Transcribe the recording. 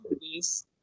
movies